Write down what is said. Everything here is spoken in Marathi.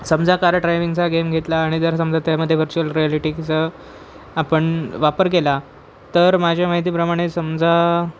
समजा कार ड्रायविंगचा गेम घेतला आणि जर समजा त्यामध्ये व्हर्च्युअल रियालिटीचा आपण वापर केला तर माझ्या माहितीप्रमाणे समजा